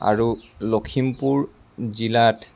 আৰু লখিমপুৰ জিলাত